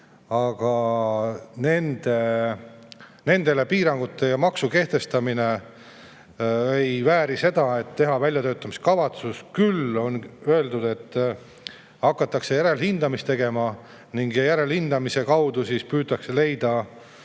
Aga nendele piirangute ja maksu kehtestamine ei vääri seda, et teha väljatöötamiskavatsus. Küll on öeldud, et hakatakse järelhindamist tegema ning järelhindamise toel püütakse